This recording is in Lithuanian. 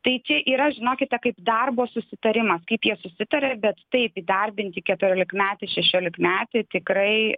tai čia yra žinokite kaip darbo susitarimas kaip jie susitaria bet taip įdarbinti keturiolikmetį šešiolikmetį tikrai